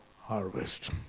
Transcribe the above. harvest